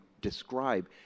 describe